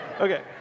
Okay